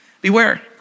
Beware